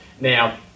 Now